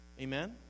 Amen